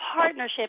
partnership